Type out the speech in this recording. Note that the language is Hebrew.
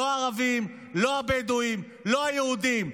לא הערבים, לא הבדואים, לא היהודים.